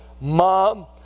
mom